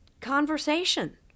conversation